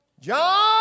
John